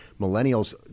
millennials